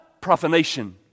Profanation